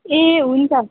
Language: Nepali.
ए हुन्छ